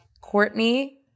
Courtney